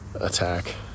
attack